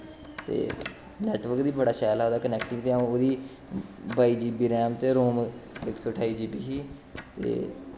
ते नैटवर्क बी बड़ा शैल हा ओह्दा कनैक्टिव अऊं ते ओह्दी बाई जी बी रैम ते रोम इक सौ ठाई जी बी ही ते